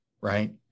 right